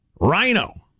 Rhino